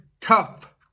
tough